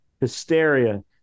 hysteria